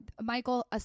Michael